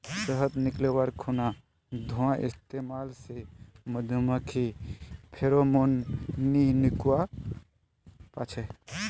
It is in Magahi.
शहद निकाल्वार खुना धुंआर इस्तेमाल से मधुमाखी फेरोमोन नि निक्लुआ पाछे